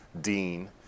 Dean